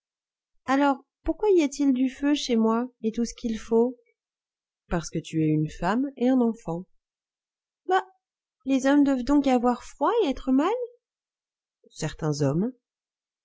alors pourquoi y a-t-il du feu chez moi et tout ce qu'il faut parce que tu es une femme et un enfant bah les hommes doivent donc avoir froid et être mal certains hommes